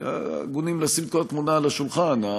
הגונים ולשים את כל התמונה על השולחן.